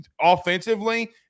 offensively